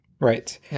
Right